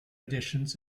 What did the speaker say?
editions